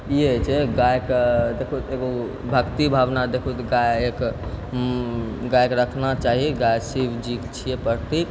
ई होइ छै गायके देखू तेखू भक्ति भावना देखू तऽ गाय एक गायके रखना चाही गाय शिवजीके छियै प्रतीक